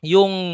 Yung